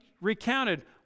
recounted